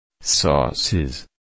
Sauces